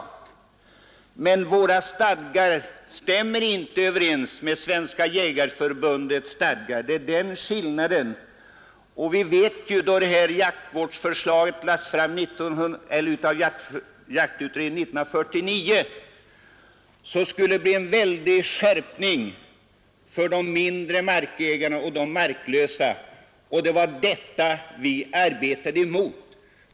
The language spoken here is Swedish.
Skillnaden är emellertid att våra stadgar inte stämmer överens med Svenska jägareförbundets stadgar. Jaktutredningens förslag år 1949 till utformning av jaktvården innebar som bekant en väsentlig skärpning av förhållandena för de mindre markägarna och de marklösa, och det var detta vi arbetade emot.